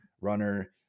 runner